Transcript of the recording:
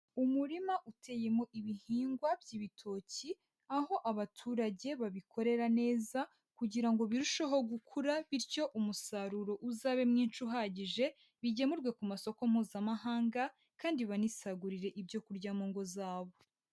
Umurima uteyemo ibihingwa by'ibitoki, aho abaturage babikorera neza kugira ngo birusheho gukura bityo umusaruro uzabe mwinshi uhagije bigemurwe ku masoko mpuzamahanga kandi banisagurire ibyo kurya mu ngo zawe.